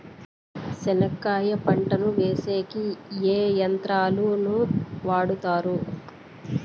చెనక్కాయ పంటను వేసేకి ఏ యంత్రాలు ను వాడుతారు?